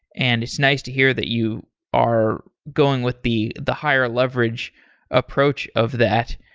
and it's nice to hear that you are going with the the higher leverage approach of that.